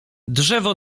drzewo